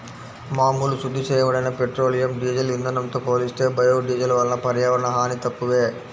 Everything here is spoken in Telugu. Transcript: మామూలు శుద్ధి చేయబడిన పెట్రోలియం, డీజిల్ ఇంధనంతో పోలిస్తే బయోడీజిల్ వలన పర్యావరణ హాని తక్కువే